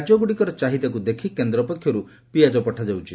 ରାଜ୍ୟଗୁଡିକର ଚାହିଦାକୁ ଦେଖି କେନ୍ଦ୍ର ପକ୍ଷରୁ ପିଆଜ ପଠାଯାଉଛି